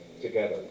together